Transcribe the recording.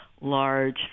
large